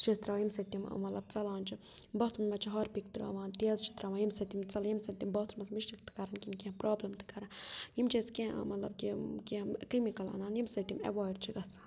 سُہ چھِ أسۍ ترٛاوان ییٚمہِ سۭتۍ تِم مطلب ژَلان چھِ باتھروٗمَس منٛز چھِ ہارپِک ترٛاوان تیز چھِ ترٛاوان ییٚمہِ سۭتۍ تِم ژَلان ییٚمہِ سۭتۍ تِم باتھ روٗمَس مشک تہِ کَرَن کیٚنٛہہ پرٛابلِم تہِ کَران یِم چھِ اَسہِ کیٚنٛہہ مطلب کہِ کیٚنٛہہ کٔمِکَل اَنان ییٚمہِ سۭتۍ تِم ایٚوایِڈ چھِ گژھان